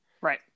Right